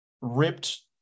ripped